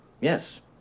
Yes